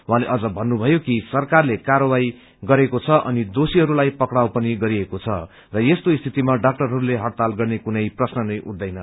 उहाँले अझ भन्नुभयो कि सरकारले र्कायवाही गरेको छ अनि दोषीहरूलाई पकाउ पनि गरिएको छ र यस्तो स्थितिमा डाक्टरहरूले हड़ताल गर्ने कुनै प्रश्ननै उठदैन